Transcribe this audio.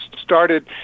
started